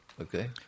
Okay